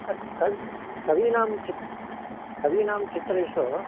तत् कवि कवीनां चित् कवीनां चित्रेषु